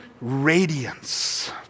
radiance